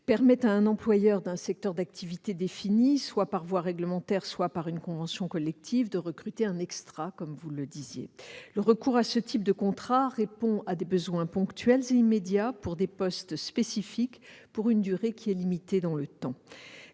permet à un employeur d'un secteur d'activité défini, soit par voie réglementaire, soit par une convention collective, de recruter un « extra ». Le recours à ce type de contrat répond à des besoins ponctuels et immédiats, pour des postes spécifiques et pour une durée limitée dans le temps.